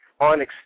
on